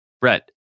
Brett